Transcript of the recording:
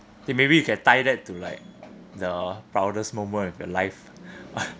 okay maybe you can tie to that like the proudest moment of your life